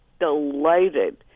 delighted